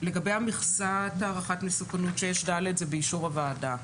לגבי מכסת הערכת מסוכנות, 6ד, זה באישור הוועדה.